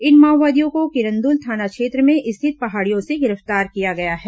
इन माओवादियों को किरंदुल थाना क्षेत्र में स्थित पहाड़ियों से गिरफ्तार किया गया है